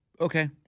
Okay